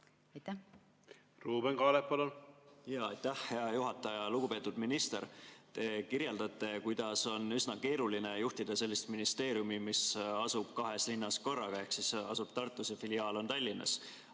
palun! Ruuben Kaalep, palun! Aitäh, hea juhataja! Lugupeetud minister! Te kirjeldate, kuidas on üsna keeruline juhtida sellist ministeeriumi, mis asub kahes linnas korraga ehk siis asub Tartus ja filiaal on Tallinnas.